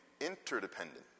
interdependent